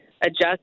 adjust